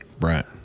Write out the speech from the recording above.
right